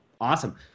awesome